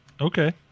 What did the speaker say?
okay